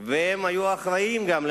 אליו היום,